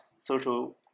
social